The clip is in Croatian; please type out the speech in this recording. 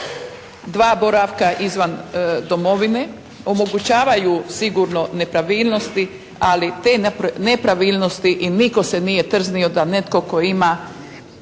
dva boravka izvan domovine omogućavaju sigurno nepravilnosti, ali te nepravilnosti i nitko se nije trznio da netko tko ima